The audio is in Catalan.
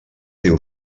deu